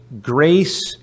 grace